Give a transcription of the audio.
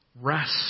Rest